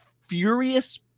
furious